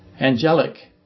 Angelic